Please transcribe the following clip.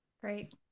Great